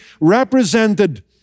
represented